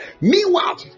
Meanwhile